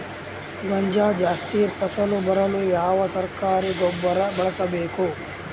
ಗೋಂಜಾಳ ಜಾಸ್ತಿ ಫಸಲು ಬರಲು ಯಾವ ಸರಕಾರಿ ಗೊಬ್ಬರ ಬಳಸಬೇಕು?